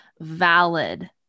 valid